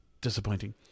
disappointing